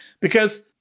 because-